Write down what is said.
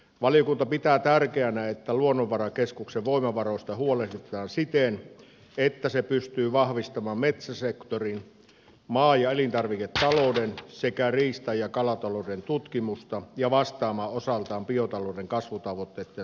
valiokunta pitää tärkeänä että luonnonvarakeskuksen voimavaroista huolehditaan siten että se pystyy vahvistamaan metsäsektorin maa ja elintarviketalouden sekä riista ja kalatalouden tutkimusta ja vastaamaan osaltaan biotalouden kasvutavoitteitten saavuttamisesta